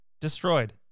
Destroyed